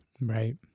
right